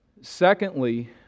Secondly